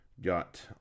got